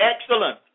excellent